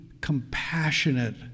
compassionate